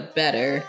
better